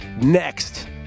Next